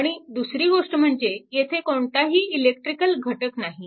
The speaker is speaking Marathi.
आणि दुसरी गोष्ट म्हणजे येथे कोणताही इलेक्ट्रिकल घटक नाही